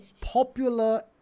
popular